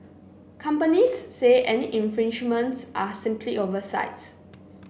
companies say any infringements are simply oversights